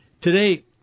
today